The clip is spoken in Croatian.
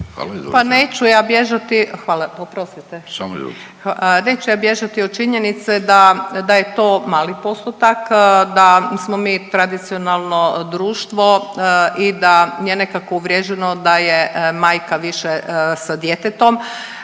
neću ja bježati od činjenice da, da je to mali postotak, da smo mi tradicionalno društvo i da je nekako uvriježeno da je majka više sa djetetom,